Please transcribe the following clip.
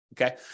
Okay